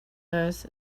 earth